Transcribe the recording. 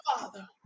Father